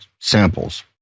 samples